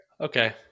Okay